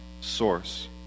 source